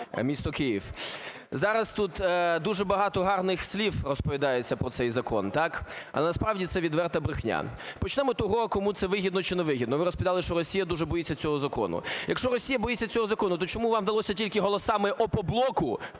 місто Київ. Зараз тут дуже багато гарних сіл розповідається про цей закон, так, але, насправді, це відверта брехня. Почнемо з того, кому це вигідно чи не вигідно. Ви розповідали, що Росія дуже боїться цього закону. Якщо Росія боїться цього закону, то чому вам вдалося тільки голосами "Опоблоку",